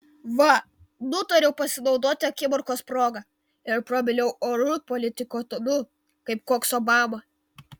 va nutariau pasinaudoti akimirkos proga ir prabilau oriu politiko tonu kaip koks obama